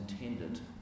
intended